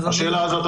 השאלה הזאת,